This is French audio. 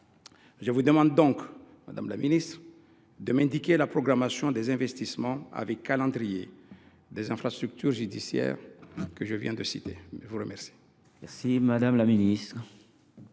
Je vous demande donc, madame la ministre, de m’indiquer la programmation des investissements, avec calendrier, des infrastructures judiciaires que je viens de mentionner.